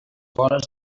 vores